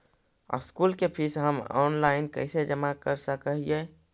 School के fees हम online कैसे जमा कर सक हिय?